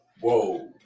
Whoa